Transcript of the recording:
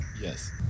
yes